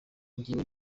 njyewe